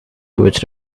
which